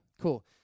Cool